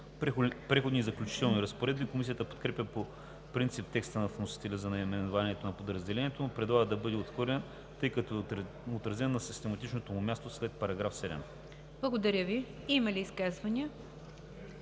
„Преходни и заключителни разпоредби“. Комисията подкрепя по принцип текста на вносителя за наименованието на подразделението, но предлага да бъде отхвърлен, тъй като е отразен на систематичното му място след § 7. ПРЕДСЕДАТЕЛ НИГЯР ДЖАФЕР: Има ли изказвания?